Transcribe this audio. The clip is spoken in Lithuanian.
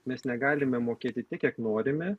mes negalime mokėti tiek kiek norime